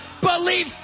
believe